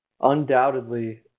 undoubtedly